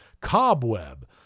Cobweb